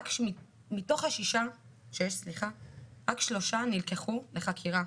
מתוך השש רק שלוש נלקחו לחקירה,